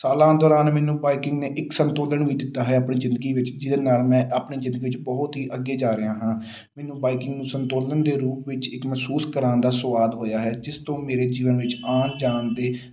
ਸਾਲਾਂ ਦੌਰਾਨ ਮੈਨੂੰ ਬਾਈਕਿੰਗ ਨੇ ਇੱਕ ਸੰਤੁਲਨ ਵੀ ਦਿੱਤਾ ਹੈ ਆਪਣੀ ਜ਼ਿੰਦਗੀ ਵਿੱਚ ਜਿਹਦੇ ਨਾਲ ਮੈਂ ਆਪਣੀ ਜ਼ਿੰਦਗੀ ਵਿੱਚ ਬਹੁਤ ਹੀ ਅੱਗੇ ਜਾ ਰਿਹਾ ਹਾਂ ਮੈਨੂੰ ਬਾਈਕਿੰਗ ਨੂੰ ਸੰਤੁਲਨ ਦੇ ਰੂਪ ਵਿੱਚ ਇੱਕ ਮਹਿਸੂਸ ਕਰਾਉਣ ਦਾ ਸਵਾਦ ਹੋਇਆ ਹੈ ਜਿਸ ਤੋਂ ਮੇਰੇ ਜੀਵਨ ਵਿੱਚ ਆਉਣ ਜਾਣ ਦੇ